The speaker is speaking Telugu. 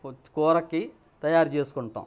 కూరకి తయారు చేసుకుంటాం